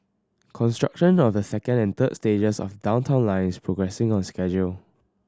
construction of the second and third stages of Downtown Line is progressing on schedule